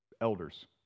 elders